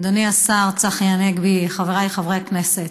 אדוני השר צחי הנגבי, חבריי חברי הכנסת,